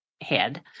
head